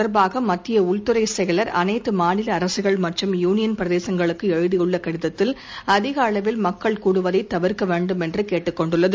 தொடர்பாகமத்தியஉள்துறைசெயலர் இவ அனைத்துமாநிலஅரசுகள் மற்றும் யுனியன் பிரதேசங்களுக்குஎழுதியுள்ளகடிதத்தில் அதிகஅளவில் மக்கள் கூடுவதைதவிர்க்கவேண்டுமென்றுகேட்டுக் கொண்டுள்ளது